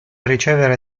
ricevere